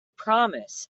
promise